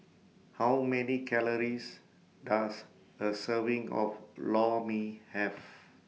How Many Calories Does A Serving of Lor Mee Have